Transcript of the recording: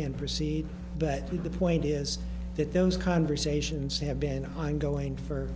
and proceed but to the point is that those conversations have been ongoing for